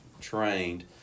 trained